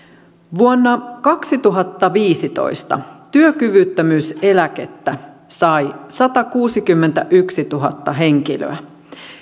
vuonna kaksituhattaviisitoista työkyvyttömyyseläkettä sai satakuusikymmentätuhatta henkilöä